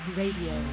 radio